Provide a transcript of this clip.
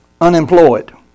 unemployed